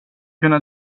kunna